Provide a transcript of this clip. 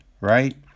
right